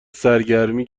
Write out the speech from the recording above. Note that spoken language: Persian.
سرگرمی